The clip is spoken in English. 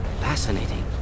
Fascinating